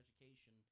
education